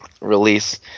release